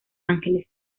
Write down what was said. ángeles